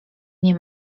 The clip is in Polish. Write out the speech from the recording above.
nie